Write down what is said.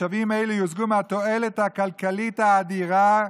משאבים אלו יושגו מהתועלת הכלכלית האדירה,